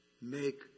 make